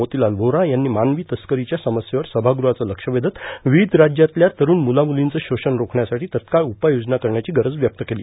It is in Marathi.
मोतीलाल क्रोरा यांनी मानवी तस्करीच्या समस्येवर सभागृहाचं लक्ष वेथत विविध राज्यातल्या तठण मुलामुलीचं शोषण रोखण्यासाठी तत्काळ उपाययोजना करण्याची गरज व्यक्त केली